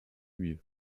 mieux